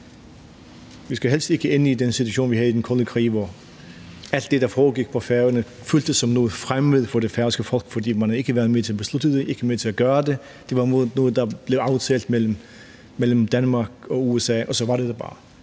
Vi skal helst ikke ende i den situation, vi havde under den kolde krig, hvor alt det, der foregik på Færøerne, føltes som noget fremmed for det færøske folk, fordi man ikke havde været med til at beslutte det, ikke havde været med til at gøre det, for det var noget, der blev aftalt mellem Danmark og USA, og så var det der bare.